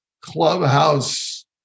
Clubhouse